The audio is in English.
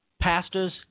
pastors